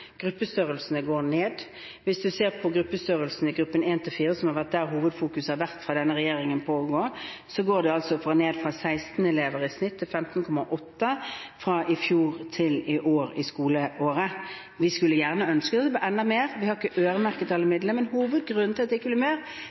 Gruppestørrelsene går ned. Hvis man ser på gruppestørrelsene i gruppen 1.–4., som har vært denne regjeringens hovedfokus, går den ned fra 16 elever i snitt til 15,8, fra i fjor til i år i skoleåret. Vi skulle gjerne ønske det ble enda mer. Vi har ikke øremerket alle midlene. Men hovedgrunnen til at det ikke ble mer,